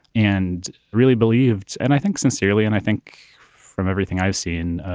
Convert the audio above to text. and really believed and i think sincerely and i think from everything i've seen